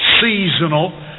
seasonal